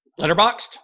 Letterboxed